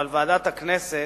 אבל ועדת בכנסת,